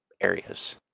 areas